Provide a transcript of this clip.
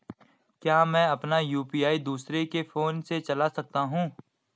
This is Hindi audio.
क्या मैं अपना यु.पी.आई दूसरे के फोन से चला सकता हूँ?